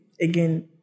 again